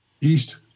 east